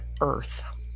earth